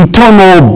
Eternal